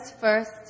first